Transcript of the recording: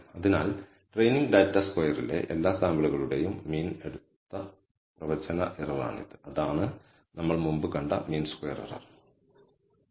അതിനാൽ training data സ്ക്വയറിലെ എല്ലാ സാമ്പിളുകളുടെയും മീൻ എടുത്ത പ്രവചന എറർ ആണിത് അതാണ് നമ്മൾ മുമ്പ് കണ്ട മീൻ സ്ക്വയർ എറർ